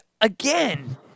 again